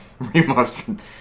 Remastered